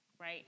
right